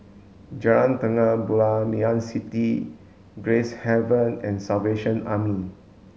Jalan Terang Bulan Ngee Ann City and Gracehaven the Salvation Army